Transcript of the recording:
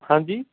ਹਾਂਜੀ